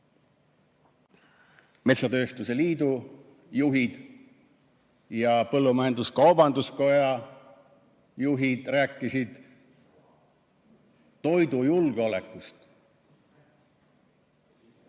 metsatööstuse liidu juhid. Ja põllumajandus-kaubanduskoja juhid rääkisid toidujulgeolekust.